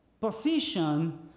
Position